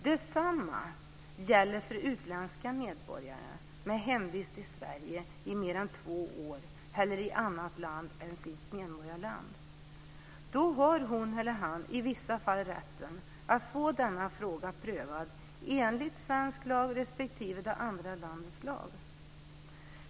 Detsamma gäller för utländska medborgare med hemvist sedan mer än två år i Sverige eller i annat land än sitt medborgarland. Då har hon eller han i vissa fall rätten att få denna fråga prövad enligt svensk lag respektive det andra landets lag.